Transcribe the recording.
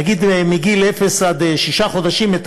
נגיד לטיפול בפעוטות מגיל אפס עד שישה חודשים,